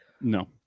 No